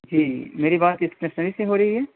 جی میری بات اسٹیشنری سے ہو رہی ہے